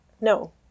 no